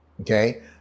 Okay